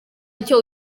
icyo